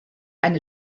eine